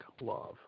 Love